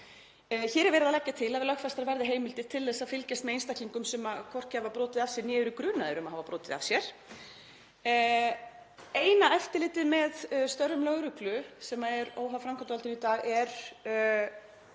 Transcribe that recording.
Hér er verið að leggja til að lögfestar verði heimildir til að fylgjast með einstaklingum sem hvorki hafa brotið af sér né eru grunaðir um að hafa brotið af sér. Eina eftirlitið með störfum lögreglu sem er óháð framkvæmdarvaldinu í dag,